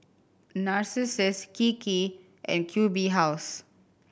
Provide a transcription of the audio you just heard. Narcissus Kiki and Q B House